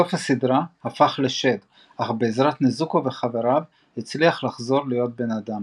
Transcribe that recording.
בסוף הסדרה הפך לשד אך בעזרת נזוקו וחבריו הצליח לחזור להיות בן אדם.